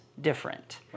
different